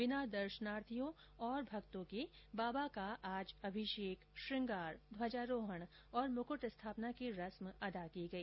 बिना दर्शनार्थियों और भक्तों के बाबा का आज अभिषेक श्रृंगार ध्वजारोहण और मुकृट स्थापना की रस्म अदा की गई